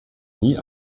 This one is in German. nie